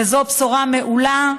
וזו בשורה מעולה.